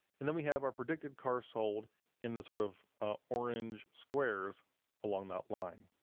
and then we have our predicted cars sold in the sort of ah orange squares along that line.